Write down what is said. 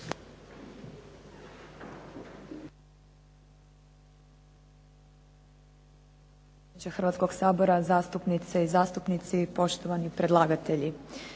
HRvatskog sabora. Zastupnice i zastupnici, poštovani predlagatelji.